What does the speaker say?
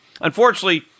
Unfortunately